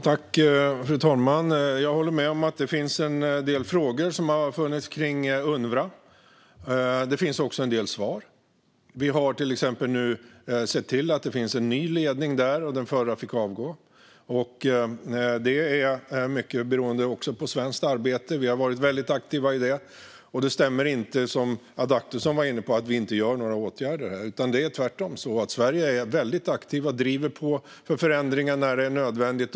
Fru talman! Jag håller med om att det har funnits en del frågor kring Unrwa. Det finns också en del svar. Vi har nu till exempel sett till att det finns en ny ledning där. Den förra fick avgå, mycket beroende på svenskt arbete. Vi har varit väldigt aktiva i detta. Det stämmer inte, som Adaktusson var inne på, att vi inte vidtar några åtgärder. Sverige är tvärtom väldigt aktivt och driver på för förändringar när det är nödvändigt.